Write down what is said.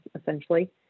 essentially